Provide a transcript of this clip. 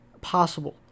possible